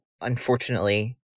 unfortunately